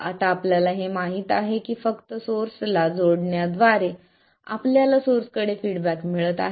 आता आपल्याला हे माहित आहे की फक्त सोर्स ला जोडण्याद्वारे आपल्याला सोर्स कडे फीडबॅक मिळत आहे